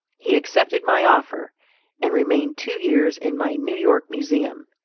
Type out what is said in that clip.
he accepted my offer and remained two years in my new york museum.